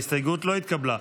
ההסתייגות לא התקבלה.